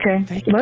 okay